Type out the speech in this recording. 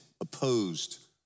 opposed